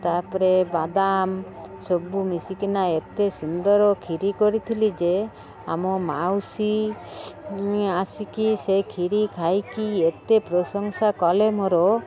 ତା'ପରେ ବାଦାମ ସବୁ ମିଶିକିନା ଏତେ ସୁନ୍ଦର ଖିରି କରିଥିଲି ଯେ ଆମ ମାଉସୀ ଆସିକି ସେ ଖିରି ଖାଇକି ଏତେ ପ୍ରଶଂସା କଲେ ମୋର